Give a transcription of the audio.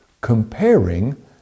Comparing